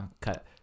cut